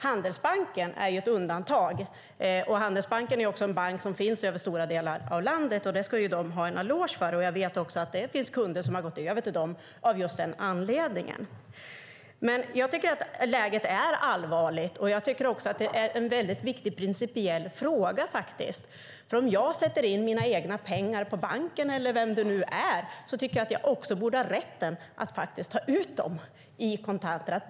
Handelsbanken är ett undantag. De finns i stora delar av landet, och det ska de ha en eloge för. Jag vet att det finns kunder som har gått över till dem av just den anledningen. Jag tycker att läget är allvarligt, och jag tycker också att det här är en viktig principiell fråga. Om jag sätter in mina egna pengar på banken tycker jag att jag också borde ha rätt att ta ut dem i kontanter.